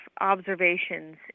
observations